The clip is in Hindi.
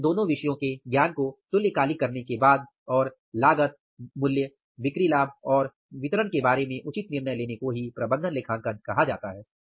और इन दोनों विषयों के ज्ञान को तुल्यकालिक करने के बाद और लागत मूल्य बिक्री लाभ और वितरण के बारे में उचित निर्णय लेने को ही प्रबंधन लेखांकन कहा जाता है